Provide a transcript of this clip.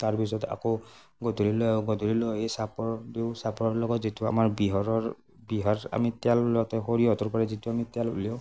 তাৰ পিছত আকৌ গধূলি লৈ আহো গধূলি লৈ এই চাপৰ দিওঁ চাপৰৰ লগত যিটো আমাৰ বিহৰৰ বিহাৰ আমি তেল উলিয়াওঁতে সৰিয়হৰপৰা যিটো আমি তেল উলিয়াওঁ